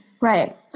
Right